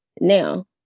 now